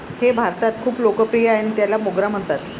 हे भारतात खूप लोकप्रिय आहे आणि त्याला मोगरा म्हणतात